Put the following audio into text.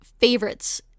favorites